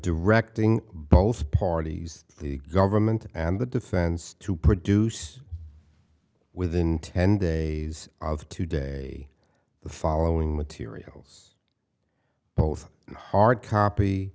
directing both parties the government and the defense to produce within ten days of the two day the following materials both in hard copy